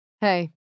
Hey